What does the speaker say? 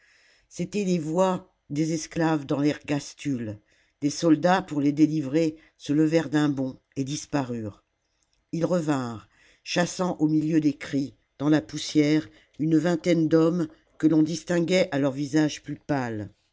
c'était la voix des esclaves dans l'ergastule des soldats pour les déhvrer se levèrent d'un bond et disparurent ils revinrent chassant au miheu des cris dans la poussière une vmgtaine d'hommes que l'on distinguait à leur visage plus pâle